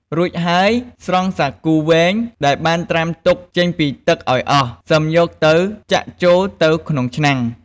រួចហើយ ស្រង់សាគូវែងដែលបានត្រាំទុកចេញពីទឹកឱ្យអស់ សិមយកទៅចាក់ចូលទៅក្នុងឆ្នាំង។